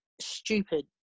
stupid